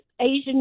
asian